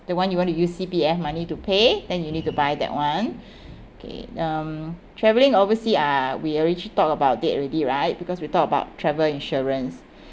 the one you want to use C_P_F money to pay then you need to buy that one okay um travelling overseas uh we already talk about it already right because we talk about travel insurance